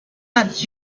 not